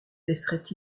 laisserait